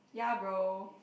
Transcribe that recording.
ya bro